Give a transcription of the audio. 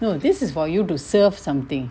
no this is for you to serve something